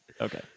Okay